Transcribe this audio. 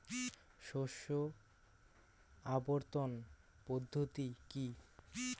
শস্য আবর্তন পদ্ধতি কি?